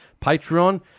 patreon